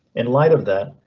in light of that,